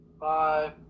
Bye